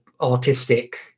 artistic